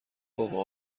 بابا